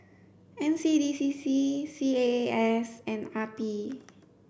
N C D C C C A A S and R P